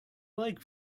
like